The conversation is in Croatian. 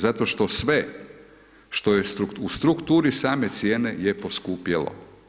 Zato što sve što je u strukturi same cijene je poskupjelo.